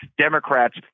democrats